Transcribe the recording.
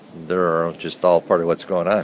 they're just all part of what's going on.